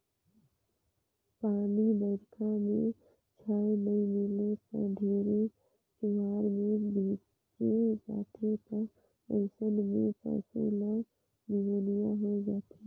पानी बइरखा में छाँय नइ मिले त ढेरे जुआर ले भीजे जाथें त अइसन में पसु ल निमोनिया होय जाथे